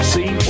See